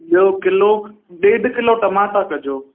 ॿियो किलो ॾेढु किलो टमाटा कजो